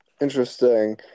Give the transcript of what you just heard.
Interesting